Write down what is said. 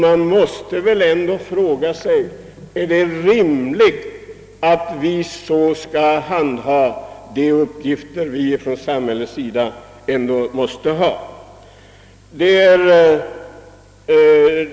Är det verkligen rimligt att vi så skall handha de uppgifter som samhället ålägger oss?